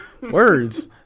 Words